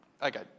Okay